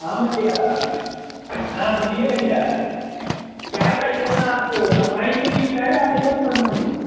भैया बोलिए भैया क्या चाहिए था आपको तपाईँको कि चाहिँ हालेको छ नु